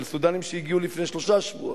של סודנים שהגיעו לפני שלושה שבועות.